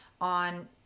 on